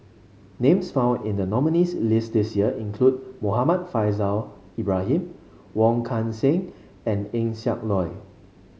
names found in the nominees' list this year include Muhammad Faishal Ibrahim Wong Kan Seng and Eng Siak Loy